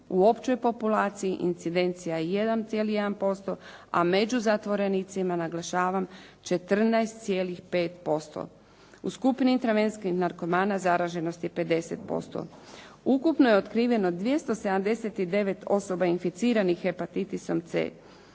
u općoj populaciji incidencija je 1,1%, a među zatvorenicima naglašavam 14,5%. U skupini intravenskih narkomana zaraženost je 50%. Ukupno je otkriveno 279 osoba inficiranih hepatitisom C,